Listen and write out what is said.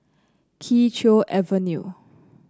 Kee Choe Avenue